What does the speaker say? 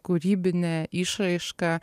kūrybinę išraišką